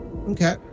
Okay